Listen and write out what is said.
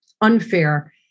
unfair